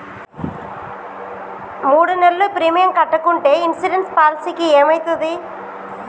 మూడు నెలలు ప్రీమియం కట్టకుంటే ఇన్సూరెన్స్ పాలసీకి ఏమైతది?